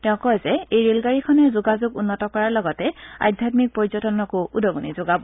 তেওঁ কয় যে এই ৰেলগাডীখনে যোগাযোগ উন্নত কৰাৰ লগতে আধ্যাম্মিক পৰ্যটনকো উদগণি যোগাব